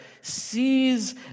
sees